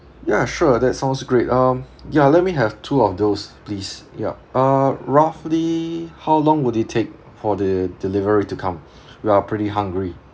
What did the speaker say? ya sure that sounds great um yeah let me have two of those please ya uh roughly how long would it take for the delivery to come we are pretty hungry